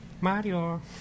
Mario